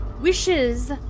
wishes